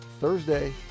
Thursday